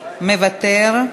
מוותר,